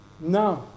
No